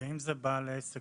ואם זה בעל עסק